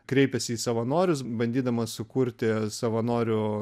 kreipėsi į savanorius bandydama sukurti savanorių